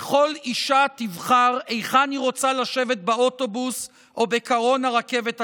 וכל אישה תבחר היכן היא רוצה לשבת באוטובוס או בקרון הרכבת הקלה.